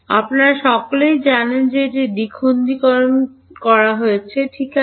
আপনারা সকলেই জানেন যে এটি দ্বিখণ্ডিতকরণ ঠিক আছে